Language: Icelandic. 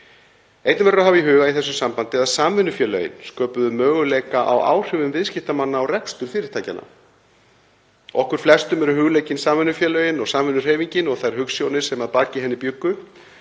verður að hafa í huga í þessu sambandi að samvinnufélögin sköpuðu möguleika á áhrifum viðskiptamanna á rekstur fyrirtækjanna. Okkur eru flestum hugleikin samvinnufélögin og samvinnuhreyfingin og þær hugsjónir sem að baki henni bjuggu.